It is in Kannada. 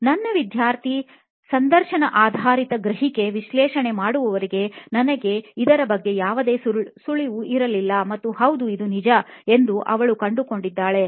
ನನ್ನ ವಿದ್ಯಾರ್ಥಿ ಸಂದರ್ಶನ ಆಧಾರಿತ ಗ್ರಹಿಕೆ ವಿಶ್ಲೇಷಣೆ ಮಾಡುವವರೆಗೂ ನನಗೆ ಇದರ ಯಾವುದೇ ಸುಳಿವು ಇರಲಿಲ್ಲ ಮತ್ತು ಹೌದು ಇದು ನಿಜ ಎಂದು ಅವಳು ಕಂಡುಕೊಂಡ್ಡಿದ್ದಾಳೆ